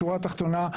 בשורה התחתונה,